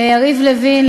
ליריב לוין,